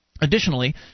Additionally